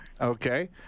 Okay